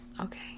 Okay